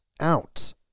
out